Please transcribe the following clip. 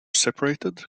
separated